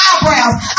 eyebrows